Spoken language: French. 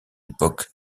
époque